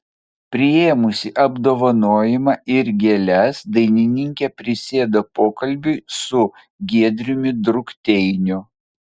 priėmusi apdovanojimą ir gėles dainininkė prisėdo pokalbiui su giedriumi drukteiniu